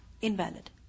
invalid